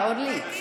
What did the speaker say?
רגע, אורלי.